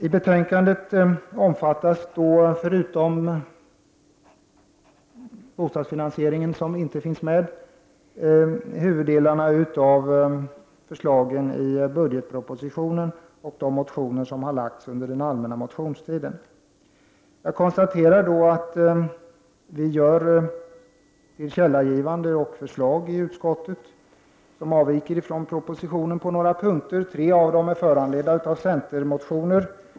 Av betänkandet omfattas — förutom bostadsfinansieringen, som inte finns med — huvuddelarna av förslagen i budgetpropositionen och de motioner som har lagts fram under den allmänna motionstiden. Jag konstaterar att vi gör tillkännagivanden och kommer med förslag i utskottet som på några punkter avviker från propositionen. Tre av dem är föranledda av centermotioner.